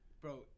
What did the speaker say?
Bro